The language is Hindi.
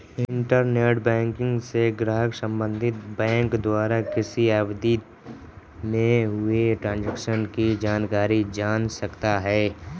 इंटरनेट बैंकिंग से ग्राहक संबंधित बैंक द्वारा किसी अवधि में हुए ट्रांजेक्शन की जानकारी जान सकता है